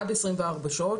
עד 24 שעות,